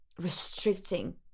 restricting